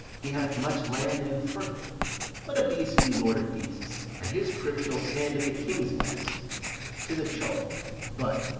he hath much land, and fertile let a beast be lord of beasts, and his crib shall stand at the king's mess tis a chough but,